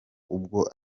ubwo